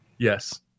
Yes